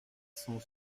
cent